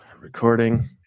Recording